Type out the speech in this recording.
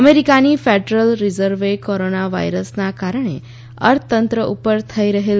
અમેરિકાની ફેડરલ રિઝર્વે કોરોના વાયરસના કારણે અર્થતંત્ર ઉપર થઈ રહેલ